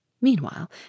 Meanwhile